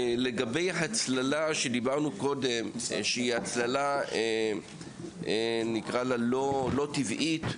לגבי הצללה שהיא הצללה לא טבעית,